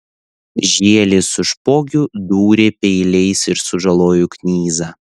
žielys su špogiu dūrė peiliais ir sužalojo knyzą